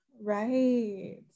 right